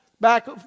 Back